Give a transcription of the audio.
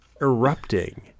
erupting